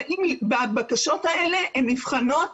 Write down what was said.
הבקשות האלה נבחנות